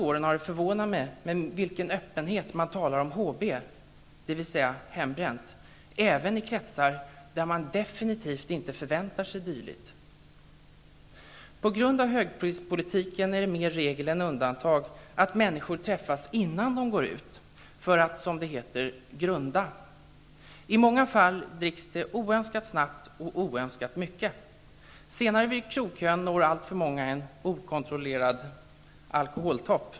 Det har också förvånat mig med vilken öppenhet man under de senaste åren talar om HB, dvs. hembränt -- även i kretsar i vilka man absolut inte förväntar sig något dylikt. På grund av högprispolitiken är det mer regel än undantag att människor träffas innan de går ut, för att som det heter grunda. I många fall dricks det oönskat snabbt och mycket. Senare i krogkön når alltför många en okontrollerad alkoholtopp.